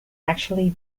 actually